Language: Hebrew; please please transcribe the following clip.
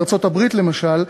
בארצות-הברית למשל,